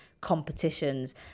competitions